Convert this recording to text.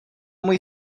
můj